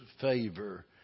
favor